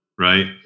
right